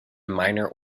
minor